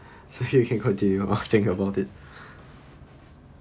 it's okay you can continue I'll think about it